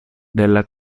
della